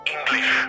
English